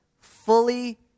fully